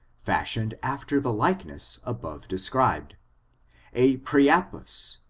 fashioned after the likeness above described a priapus,